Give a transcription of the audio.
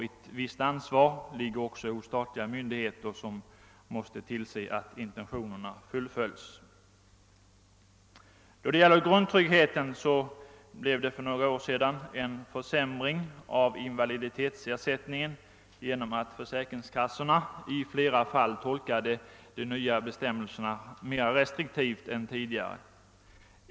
Ett visst ansvar ligger också hos statliga myndigheter som måste tillse att intentionerna fullföljs. Då det gäller grundtryggheten blev det för några år sedan en försämring av invaliditetsersättningen genom att försäkringskassorna i flera fall tolkade de nya bestämmelserna mera restriktivt än tidigare.